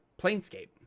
Planescape